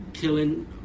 killing